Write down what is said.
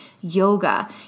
yoga